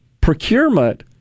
procurement